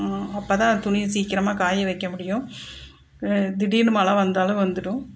அப்போ தான் துணி சீக்கிரமாக காய வைக்க முடியும் திடீர்னு மழை வந்தாலும் வந்துவிடும்